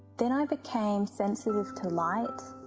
then i became sensitive to light,